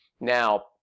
Now